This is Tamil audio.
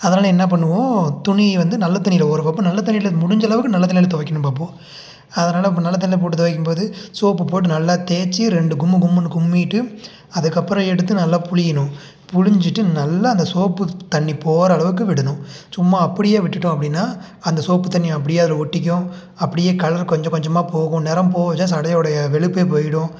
அதனால் என்ன பண்ணுவோம் துணியை வந்து நல்ல தண்ணியில் ஊற வைப்போம் நல்ல தண்ணியில் முடிஞ்ச அளவுக்கு நல்ல தண்ணியில் துவைக்கணும்னு பார்ப்போம் அதனால் இப்போ நல்ல தண்ணியில் போட்டு துவைக்கும் போது சோப்பு போட்டு நல்லா தேய்ச்சி ரெண்டு கும்மு கும்முன்னு கும்மிட்டு அதுக்கப்புறம் எடுத்து நல்லா புழியிணும் புழிஞ்சிட்டு நல்லா அந்த சோப்பு தண்ணி போகிற அளவுக்கு விடணும் சும்மா அப்படியே விட்டுவிட்டோம் அப்படின்னா அந்த சோப்பு தண்ணி அப்படியே அதில் ஒட்டிக்கும் அப்படியே கலர் கொஞ்சம் கொஞ்சமாக போகும் நிறம் போகும் இல்லை சட்டையோடைய வெளுப்பே போயிடும்